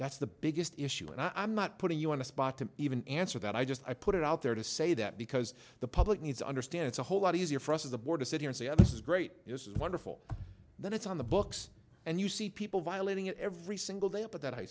that's the biggest issue and i'm not putting you on the spot to even answer that i just i put it out there to say that because the public needs to understand it's a whole lot easier for us as a border city and say oh this is great this is wonderful that it's on the books and you see people violating it every single day but that high